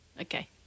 Okay